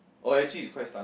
oh actually is quite stunning